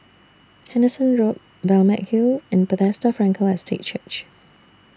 Henderson Road Balmeg Hill and Bethesda Frankel Estate Church